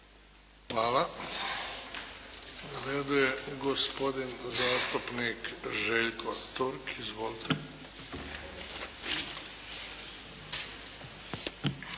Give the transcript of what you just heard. Hvala. Na redu je gospodin zastupnik Željko Turk. Izvolite.